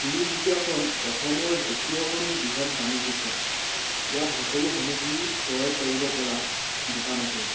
তিনিচুকীয়াখন অসমৰ দ্বিতীয়খন বৃহৎ বাণিজ্যিক চহৰ ইয়াত সকলো সামগ্ৰী ক্ৰয় কৰিব পৰা দোকান আছে